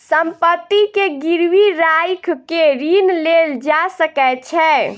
संपत्ति के गिरवी राइख के ऋण लेल जा सकै छै